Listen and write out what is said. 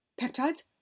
Peptides